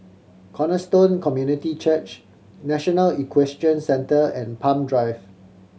Cornerstone Community Church National Equestrian Centre and Palm Drive